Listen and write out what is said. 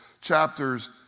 chapters